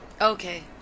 Okay